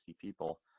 people